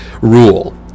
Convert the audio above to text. rule